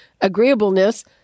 agreeableness